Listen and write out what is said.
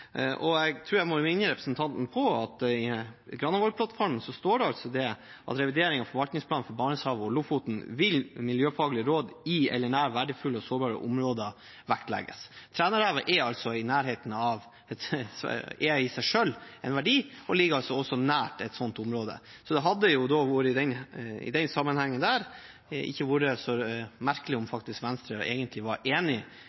verneplaner. Jeg tror jeg må minne representanten om at i Granavolden-plattformen står det at i revideringen av forvaltningsplanen for Barentshavet og Lofoten vil miljøfaglige råd i eller nær verdifulle og sårbare områder vektlegges. Trænarevet er i seg selv en verdi og ligger også nær et slikt område. Det hadde i den sammenhengen ikke vært så merkelig om Venstre faktisk egentlig hadde vært enig